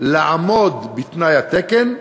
לעמוד בתנאי התקן,